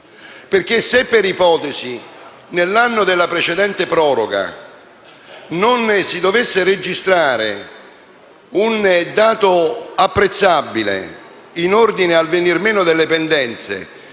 Infatti se, per ipotesi, nell'anno della precedente proroga non si dovesse registrare un dato apprezzabile in ordine al venir meno delle pendenze,